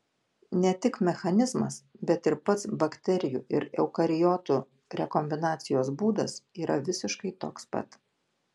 ne tik mechanizmas bet ir pats bakterijų ir eukariotų rekombinacijos būdas yra visiškai toks pat